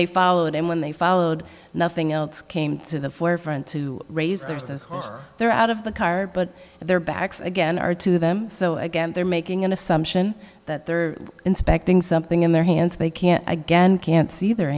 they follow it and when they followed nothing else came to the forefront to raise their says they're out of the car but their backs again are to them so again they're making an assumption that they're inspecting something in their hands they can't again can't see their